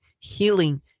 healing